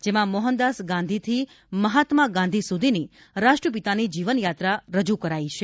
જેમાં મોહનદાસ ગાંધીથી મહાત્મા ગાંધી સુધીની રાષ્ટ્રપિતાની જીવન યાત્રા રજૂ કરાઈ છે